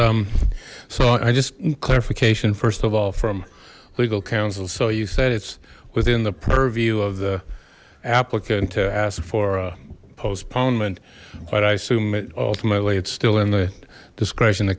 s so i just clarification first of all from legal counsel so you said it's within the purview of the applicant to ask for a postponement but i assume it ultimately it's still in the discretion t